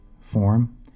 form